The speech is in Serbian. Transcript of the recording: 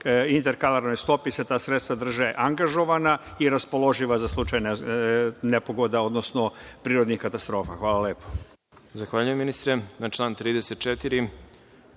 interkaralnoj stopi da se ta sredstva drže angažovana i raspoloživa za slučaj nepogoda, odnosno prirodnih katastrofa. Hvala lepo.